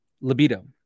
libido